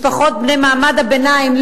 משפחות של מעמד הביניים,